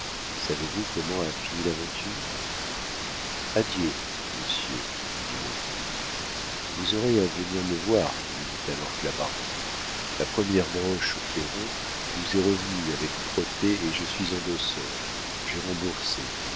savez-vous comment a fini l'aventure adieu monsieur dit birotteau vous aurez à venir me voir lui dit alors claparon la première broche cayron nous est revenue avec protêt et je suis endosseur j'ai remboursé